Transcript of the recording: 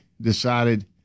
decided